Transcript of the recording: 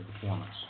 performance